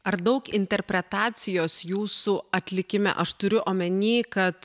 ar daug interpretacijos jūsų atlikime aš turiu omeny kad